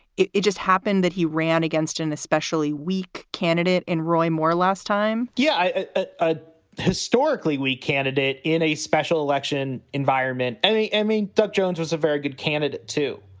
it it just happened that he ran against an especially weak candidate and roy moore last time? yeah, a historically weak candidate in a special election environment. any emmy? doug jones was a very good candidate, too.